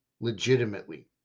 legitimately